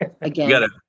again